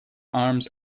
arms